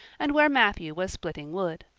and where matthew was splitting wood.